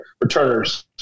returners